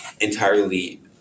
entirely